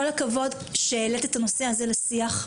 כל הכבוד שהעלית את הנושא הזה לשיח.